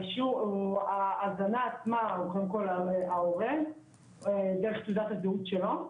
האישור הוא ההגנה עצמה קודם כל על ההורה דרך תעודת הזהות שלו.